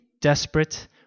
desperate